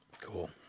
cool